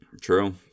true